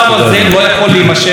חבר הכנסת מוסי רז.